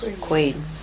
queen